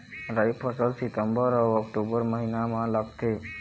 राई फसल हा सितंबर अऊ अक्टूबर महीना मा लगथे